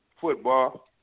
Football